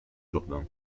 jourdain